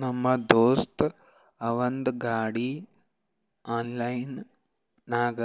ನಮ್ ದೋಸ್ತ ಅವಂದ್ ಗಾಡಿ ಆನ್ಲೈನ್ ನಾಗ್